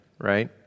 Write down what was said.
right